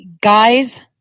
guys